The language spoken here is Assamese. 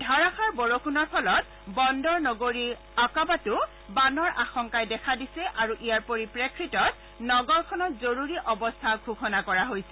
ধাৰাষাৰ বৰষুণৰ ফলত বন্দৰ নগৰী আকাবাতো বানৰ আশংকাই দেখা দিছে আৰু ইয়াৰ পৰিপ্ৰেক্ষিতত নগৰখনত জৰুৰী অৱস্থা ঘোষণা কৰা হৈছে